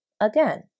Again